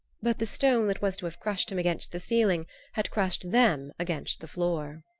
but the stone that was to have crushed him against the ceiling had crushed them against the floor.